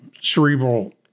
cerebral